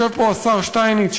יושב פה השר שטייניץ,